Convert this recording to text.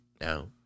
No